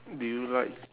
do you like